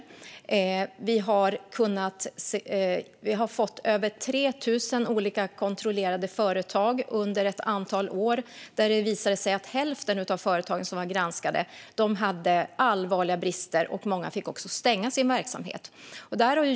Av de över 3 000 företag som har granskats visade sig över hälften ha allvarliga brister, och många fick stänga sin verksamhet.